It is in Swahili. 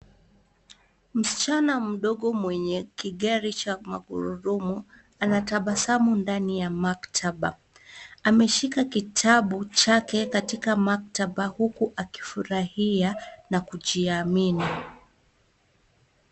Msichana mdogo mwenye kigari cha magurudumu, anatabasamu ndani ya maktaba. Ameshika kitabu chake katika maktaba huku akifurahia na kujiamini.